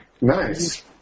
Nice